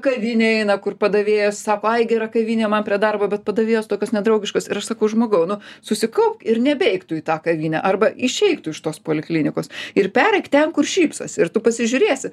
kavinę eina kur padavėjas sako ai gera kavinė man prie darbo bet padavėjos tokios nedraugiškos ir aš sakau žmogau nu susikaupk ir nebeik tu į tą kavinę arba išeik tu iš tos poliklinikos ir pereik ten kur šypsosi ir tu pasižiūrėsi